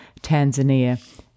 Tanzania